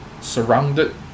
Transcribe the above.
surrounded